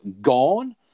gone